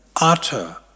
utter